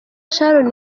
sharon